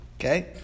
okay